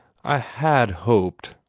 i had hoped,